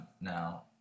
now